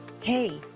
Hey